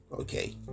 okay